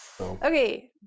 Okay